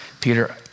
Peter